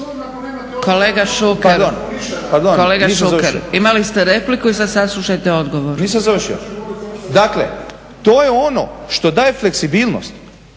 Kolega Šuker, imali ste repliku i sad saslušajte odgovor./… Nisam završio. Dakle, to je ono što daje fleksibilnost.